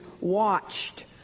watched